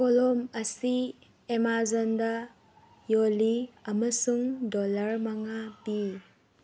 ꯀꯣꯂꯣꯝ ꯑꯁꯤ ꯑꯃꯥꯖꯣꯟꯗ ꯌꯣꯜꯂꯤ ꯑꯃꯁꯨꯡ ꯗꯣꯂꯔ ꯃꯉꯥ ꯄꯤ